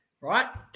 right